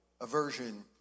aversion